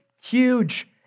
huge